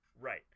Right